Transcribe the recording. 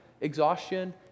exhaustion